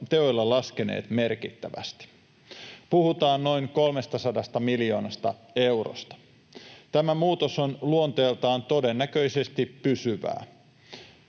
teoilla laskeneet merkittävästi. Puhutaan noin 300 miljoonasta eurosta. Tämä muutos on luonteeltaan todennäköisesti pysyvää.